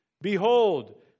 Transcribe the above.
Behold